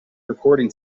recording